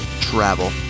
travel